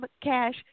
cash